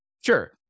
Sure